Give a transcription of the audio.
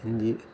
ഇന്ത്യയെ